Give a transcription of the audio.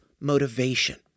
motivation